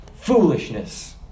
foolishness